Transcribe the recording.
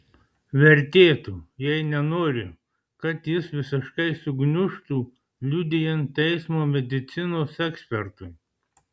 vertėtų jei nenori kad jis visiškai sugniužtų liudijant teismo medicinos ekspertui